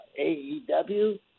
AEW